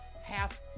half